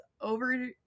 over